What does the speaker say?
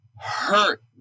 hurt